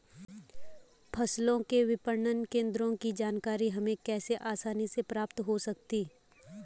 फसलों के विपणन केंद्रों की जानकारी हमें कैसे आसानी से प्राप्त हो सकती?